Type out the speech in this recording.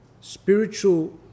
spiritual